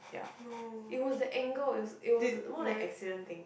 yeah it was the angle it was it was more than an accident thing